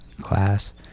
class